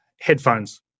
headphones